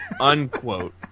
unquote